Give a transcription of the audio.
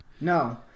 No